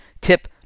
tip